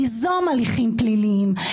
ליזום הליכים פליליים.